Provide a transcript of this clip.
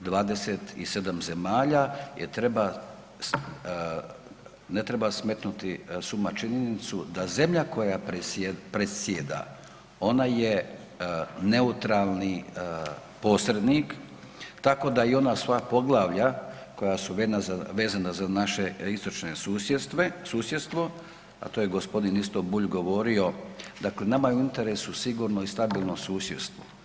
27 zemalja jer treba, ne treba smetnuti s uma činjenicu da zemlja koja predsjeda ona je neutralni posrednik tako da i ona svoja poglavlja koja su vezana za naše istočno susjedstvo, to je gospodin isto Bulj govorio, dakle nama je u interesu sigurno i stabilno susjedstvo.